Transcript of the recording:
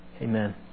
Amen